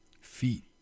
Feet